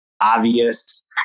obvious